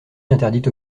interdite